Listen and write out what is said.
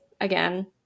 again